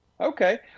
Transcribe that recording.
Okay